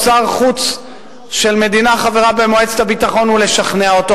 שר חוץ של מדינה חברה במועצת הביטחון ולשכנע אותו,